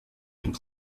and